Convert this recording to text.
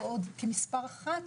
ועוד כצעד הראשון,